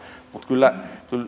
mutta kyllä